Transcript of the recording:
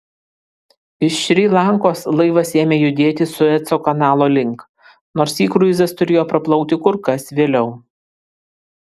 iš šri lankos laivas ėmė judėti sueco kanalo link nors jį kruizas turėjo praplaukti kur kas vėliau